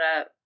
up